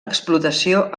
explotació